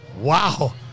Wow